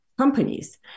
Companies